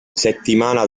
settimana